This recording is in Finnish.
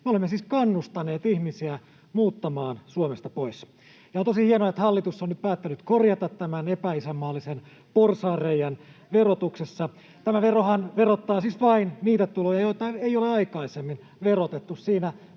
me olemme siis kannustaneet ihmisiä muuttamaan Suomesta pois. On tosi hienoa, että hallitus on nyt päättänyt korjata tämän epäisänmaallisen porsaanreiän verotuksessa. Tämä verohan verottaa siis vain niitä tuloja, joita ei ole aikaisemmin verotettu, siinä